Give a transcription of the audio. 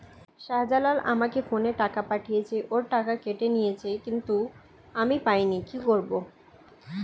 শাহ্জালাল আমাকে ফোনে টাকা পাঠিয়েছে, ওর টাকা কেটে নিয়েছে কিন্তু আমি পাইনি, কি করব?